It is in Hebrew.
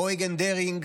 מאויגן דיהרניג